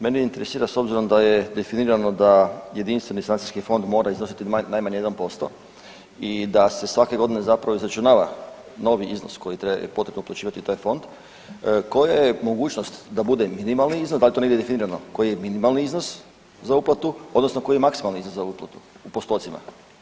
Mene interesira, s obzirom da je definirano da Jedinstveni sanacijski fond mora iznositi najmanje 1% i da se svake godine zapravo izračunava novi iznos koji je potrebno uplaćivati u taj fond, koja je mogućnost da bude minimalni iznos, da li je to negdje definirano koji je minimalni iznos za uplatu odnosno koji je maksimalni iznos za uplatu u postocima?